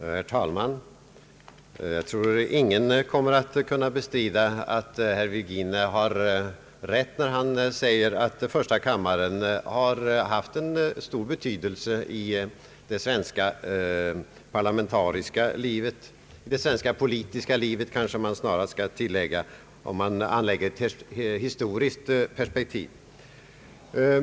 Herr talman! Jag tror att ingen kan bestrida att herr Virgin har rätt när han säger att första kammaren har haft stor betydelse i det svenska parlamentariska livet, det svenska politiska livet vill jag snarast tillägga, om man ser det hela i historiskt perspektiv.